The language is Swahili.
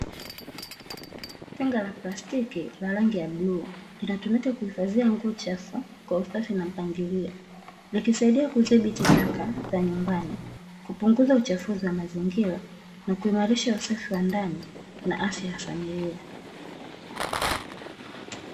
Tenga la plastiki ina rangi ya bluu inatumika kuhifadhia nguo chafu, kwa usafi na mpangilio, ikisaidia kudhibiti taka za nyumbani , kupunguza uchafuzi wa mazingira na kuimarisha usafi wa ndani na afya ya familia.